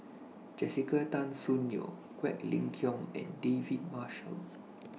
Jessica Tan Soon Neo Quek Ling Kiong and David Marshall